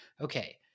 okay